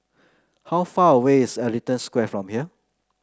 how far away is Ellington Square from here